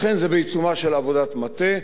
לכן, זה בעיצומה של עבודת מטה.